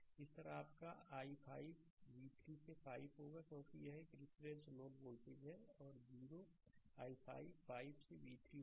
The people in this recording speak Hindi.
इसी तरह आपका i5 v 3 से 5 होगा क्योंकि यह रिफरेंस नोड वोल्टेज है 0 i5 5 से v 3 होगा